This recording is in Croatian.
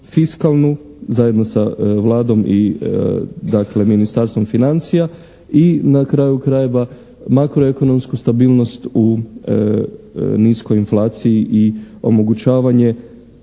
fiskalnu, zajedno sa Vladom i dakle Ministarstvom financija, i na kraju krajeva, makroekonomsku stabilnost u niskoj inflaciji i omogućavanje